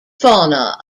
fauna